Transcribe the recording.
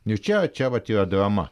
niu čia čia vat yra drama